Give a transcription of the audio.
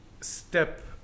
step